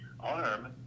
arm